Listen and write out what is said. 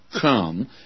come